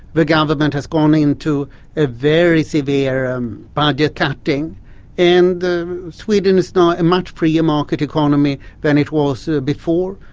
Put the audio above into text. the government has gone into a very severe um budget cutting and sweden is now a much freer market economy than it was so before.